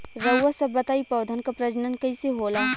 रउआ सभ बताई पौधन क प्रजनन कईसे होला?